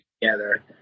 together